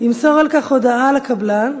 ימסור על כך הודעה לקבלן,